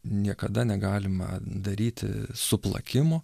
niekada negalima daryti suplakimų